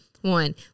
One